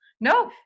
No